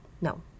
No